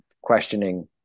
questioning